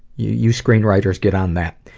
you you screenwriters get on that.